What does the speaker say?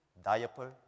Diaper